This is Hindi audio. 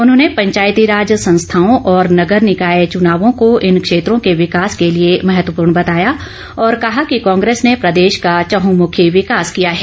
उन्होंने पंचायती राज संस्थाओं और नगर निकाय चुनावों को इन क्षेत्रों के विकास के लिए महत्वपूर्ण बताया और कहा कि कांग्रेस ने प्रदेश का चहूंमुखी विकास किया है